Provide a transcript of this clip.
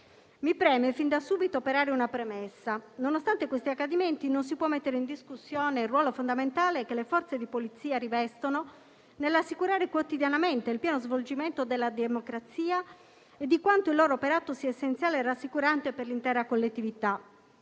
Mi preme fin da subito operare una premessa. Nonostante questi accadimenti, non si può mettere in discussione il ruolo fondamentale che le Forze di polizia rivestono nell'assicurare quotidianamente il pieno svolgimento della democrazia; il loro operato è essenziale e rassicurante per l'intera collettività.